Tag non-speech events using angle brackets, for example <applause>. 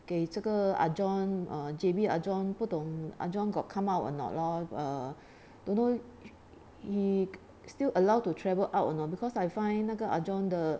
给这个 ah john uh J_B ah john 不懂 ah john got come out or not lor err <breath> don't know <noise> he still allowed to travel out or not because I find 那个 ah john 的